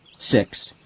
six.